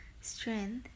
strength